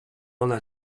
ona